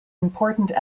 important